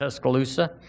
Tuscaloosa